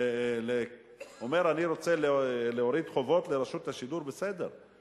ואומר: אני רוצה להוריד חובות לרשות השידור, בסדר.